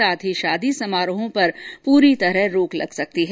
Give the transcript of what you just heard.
साथ ही शादी समारोहों पर पूरी तरह रोक लग सकती है